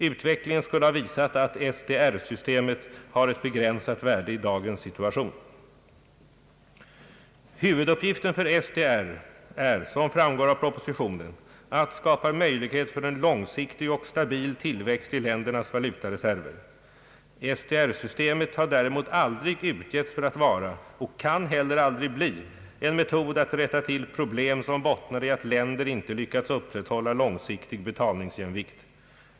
Utvecklingen skulle ha visat att SDR-systemet har ett begränsat värde i dagens situation. Huvuduppgiften för SDR är, somframgår av propositionen, att skapa möjlighet för en långsiktig och stabil tillväxt i ländernas valutareserver. SDR systemet har däremot aldrig utgetts för att vara — och kan heller aldrig bli — en metod att rätta till problem som bottnar i att länder inte lyckats upprätthålla långsiktig betalningsjämvikt.